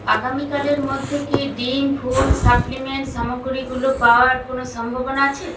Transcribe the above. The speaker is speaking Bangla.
আগামীকালের মধ্যে কি ডিম ফুল সাপ্লিমেন্ট সামগ্রীগুলো পাওয়ার কোনও সম্ভাবনা আছে